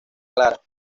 clara